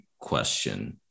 question